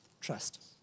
Trust